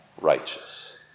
righteous